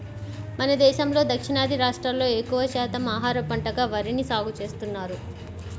మన దేశంలో దక్షిణాది రాష్ట్రాల్లో ఎక్కువ శాతం ఆహార పంటగా వరిని సాగుచేస్తున్నారు